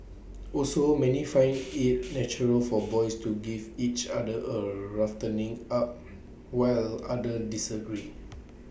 also many find IT natural for boys to give each other A roughening up while others disagree